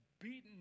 beaten